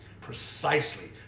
precisely